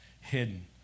hidden